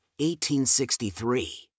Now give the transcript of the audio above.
1863